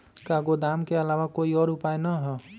का गोदाम के आलावा कोई और उपाय न ह?